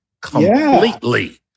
completely